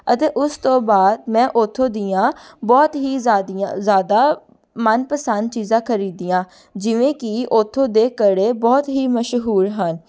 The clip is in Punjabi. ਅਤੇ ਉਸ ਤੋਂ ਬਾਅਦ ਮੈਂ ਉਥੋਂ ਦੀਆਂ ਬਹੁਤ ਹੀ ਜਿਆਦੀਆਂ ਜ਼ਿਆਦਾ ਮਨ ਪਸੰਦ ਚੀਜ਼ਾਂ ਖਰੀਦੀਆਂ ਜਿਵੇਂ ਕਿ ਉੱਥੋਂ ਦੇ ਕੜੇ ਬਹੁਤ ਹੀ ਮਸ਼ਹੂਰ ਹਨ